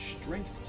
strength